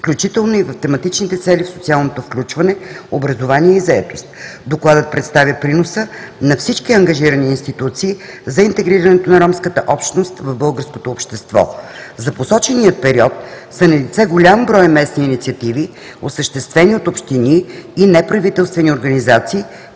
включително и в тематичните цели в социалното включване, образованието и заетостта. Докладът представя приноса на всички ангажирани институции за интегрирането на ромската общност в българското общество. За посочения период са налице голям брой местни инициативи, осъществени от общини и неправителствени организации